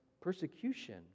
persecution